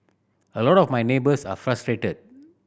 a lot of my neighbours are frustrated